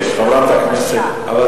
חברת הכנסת אבקסיס.